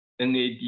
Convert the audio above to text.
NAD